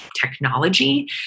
technology